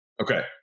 Okay